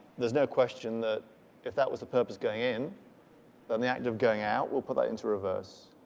there's no question that if that was the purpose going in then the act of going out will put that into reverse